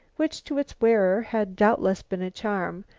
which, to its wearer, had doubtless been a charm,